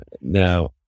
Now